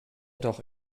doch